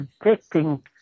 protecting